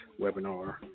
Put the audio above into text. webinar